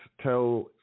tell